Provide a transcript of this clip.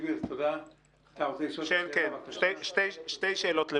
שתי שאלות: